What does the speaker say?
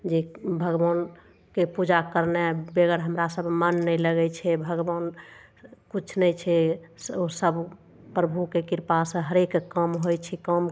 जे भगवानके पूजा करनाइ बेगर हमरा सब मन नहि लगय छै भगवान किछो नहि छै ओ सब प्रभुके कृपासँ हरेक काम होइ छै काम